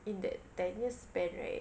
in that ten years span right